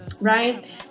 right